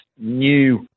new